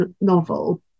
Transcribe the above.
novel